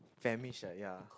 famished ah ya